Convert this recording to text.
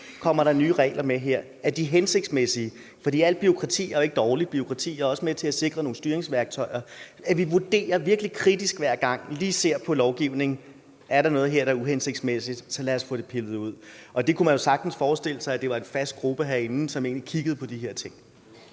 kommer nye regler med, og om de er hensigtsmæssige. For alt bureaukrati er jo ikke dårligt. Det er også med til at sikre nogle styringsværktøjer. Hver gang skal vi virkelig kritisk vurdere og lige se på lovgivningen, om der er noget her, der er uhensigtsmæssigt, og så lad os få det pillet ud. Man kunne jo sagtens forestille sig, at der var en fast gruppe herinde, som kiggede på de her ting.